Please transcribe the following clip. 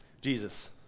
Jesus